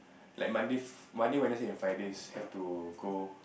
like Monday Monday Wednesday and Fridays have to go